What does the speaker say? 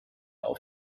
auf